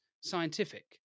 scientific